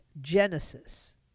Genesis